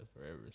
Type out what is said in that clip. forever